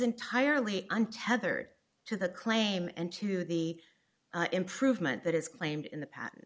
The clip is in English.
entirely untethered to the claim and to the improvement that is claimed in the p